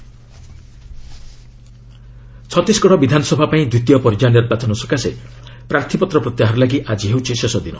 Chhattisgarh withdrawal Chhattisgarh ବିଧାନସଭା ପାଇଁ ଦ୍ୱିତୀୟ ପର୍ଯ୍ୟାୟ ନିର୍ବାଚନ ସକାଶେ ପ୍ରାର୍ଥୀପତ୍ର ପ୍ରତ୍ୟାହାର ଲାଗି ଆଜି ହେଉଛି ଶେଷଦିନ